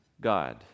God